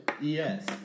Yes